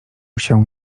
się